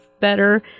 better